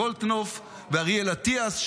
גולדקנופ ואריאל אטיאס,